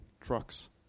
trucks